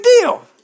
deal